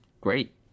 great